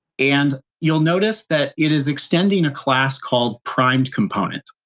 and you'll notice that it is extending a class called primedcomponent.